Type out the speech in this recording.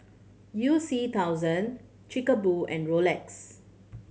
You C thousand Chic Boo and Rolex